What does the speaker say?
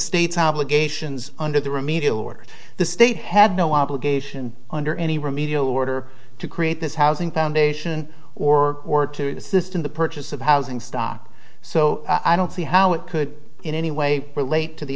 state's obligations under the remedial or the state had no obligation under any remedial order to create this housing foundation or or to assist in the purchase of housing stock so i don't see how it could in any way relate to the